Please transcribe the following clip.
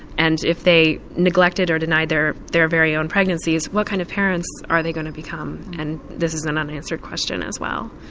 and if they neglect it or deny their their very own pregnancies, what kind of parents are they going to become and this is an an unanswered question as well.